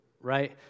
right